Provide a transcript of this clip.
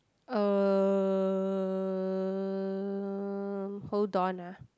um hold on ah